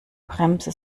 bremse